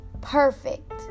perfect